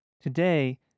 today